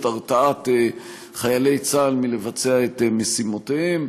הרתעת חיילי צה"ל מלבצע את משימותיהם.